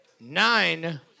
nine